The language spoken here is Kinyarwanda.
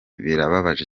birababaje